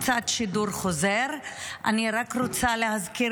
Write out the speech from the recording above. קצת שידור חוזר: אני רק רוצה להזכיר